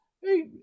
Hey